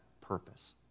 purpose